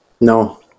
No